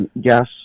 gas